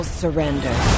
surrender